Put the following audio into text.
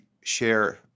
share